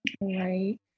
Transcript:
Right